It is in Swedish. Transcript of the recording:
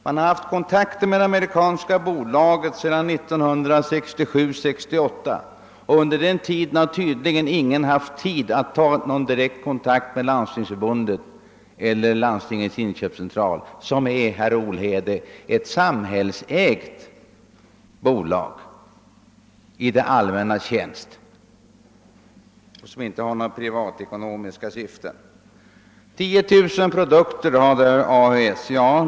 Man har haft kontakt med det amerikanska bolaget sedan 1967—1968, och under den perioden har tydligen ingen haft tid att ta kontakt med Landstingsförbundet eller LIC som är ett samhällsägt bolag i det allmännas tjänst och som inte har några privatekonomiska syften. AHS har 10 000 produkter, sade herr Olhede.